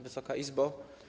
Wysoka Izbo!